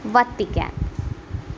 Vatican